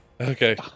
okay